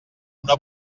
una